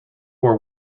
war